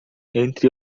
entre